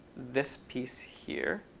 this piece here,